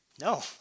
No